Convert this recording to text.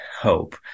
hope